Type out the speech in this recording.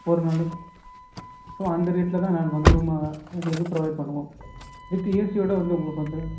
ஒரு நாளைக்கு ஸோ அந்த ரேட்டில்தான் நாங்கள் வந்து ரூமை உங்களுக்கு ப்ரொவைட் பண்ணுவோம் வித்து ஏசியோடு வந்து உங்களுக்கு வந்துவிடும்